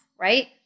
right